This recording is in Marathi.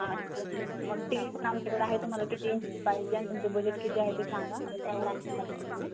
असं मग टीवी पण आमच्याकडं आहे तुम्हाला किती इंची पाहिजे आणि तुमचं बजेट किती आहे ते सांगा त्यावर आम्ही तुम्हाला देऊ